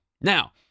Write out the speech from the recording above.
Now